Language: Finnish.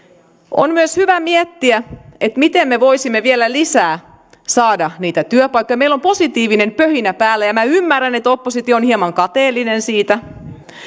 on myös hyvä miettiä miten me voisimme vielä lisää saada niitä työpaikkoja meillä on positiivinen pöhinä päällä ja minä ymmärrän että oppositio on hieman kateellinen siitä